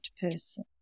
person